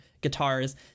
guitars